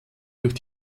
durch